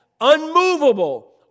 unmovable